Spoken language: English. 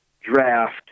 draft